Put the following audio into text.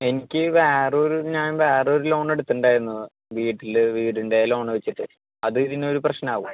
എനിക്ക് വേറൊരു ഞാൻ വേറൊരു ലോണെടുത്തുണ്ടായിരുന്നു വീട്ടിൽ വീടിൻ്റെ ലോണ് വെച്ചിട്ട് അത് ഇതിനൊരു പ്രശ്നാവോ